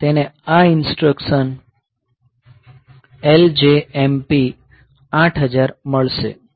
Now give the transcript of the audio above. તેને આ instruction LJMP 8000 મળશે